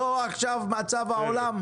ולא עכשיו מצב העולם.